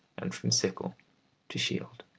and from sickle to shield.